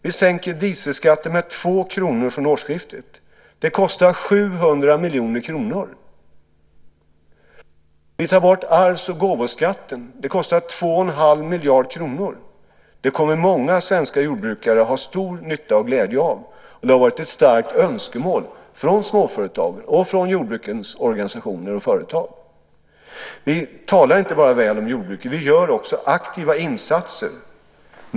Vi sänker dieselskatten med 2 kr från årsskiftet. Det kostar 700 miljoner kronor. Vi tar bort arvs och gåvoskatten. Det kostar 21⁄2 miljard kronor. Det kommer många svenska jordbrukare att ha stor nytta och glädje av. Det har varit ett starkt önskemål från småföretagen och jordbrukets organisationer och företag. Vi talar inte bara väl om jordbruket. Vi gör också aktiva insatser.